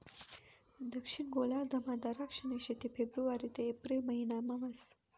दक्षिण गोलार्धमा दराक्षनी शेती फेब्रुवारी ते एप्रिल महिनामा व्हस